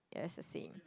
yes the same